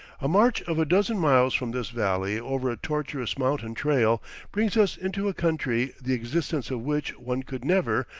a march of a dozen miles from this valley over a tortuous mountain trail brings us into a country the existence of which one could never,